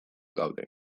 gaude